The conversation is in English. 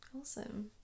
Awesome